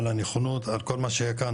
על הנכונות על כל מה שהיה כאן,